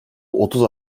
otuz